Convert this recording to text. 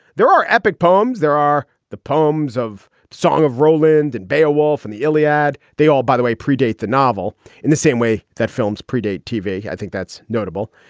there are epic poems. there are the poems of song of roland and beowulf and the iliad. they all, by the way, pre-date the novel in the same way that films pre-date tv. i think that's notable.